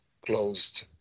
closed